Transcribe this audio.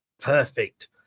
Perfect